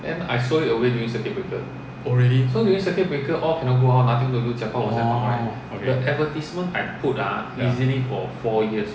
oh really orh okay ya